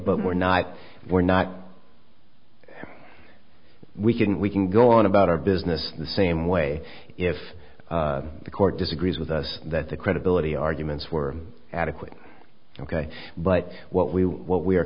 but we're not we're not we can we can go on about our business in the same way if the court disagrees with us that the credibility arguments were adequate ok but what we what we are